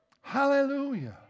Hallelujah